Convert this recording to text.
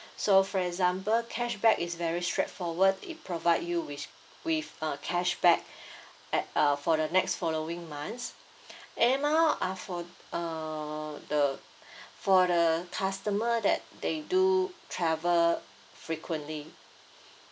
so for example cashback is very straightforward it provide you with with uh cashback at uh for the next following months air mile are for uh the for the customer that they do travel frequently